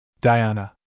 Diana